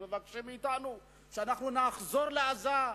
שמבקשים מאתנו לחזור לעזה,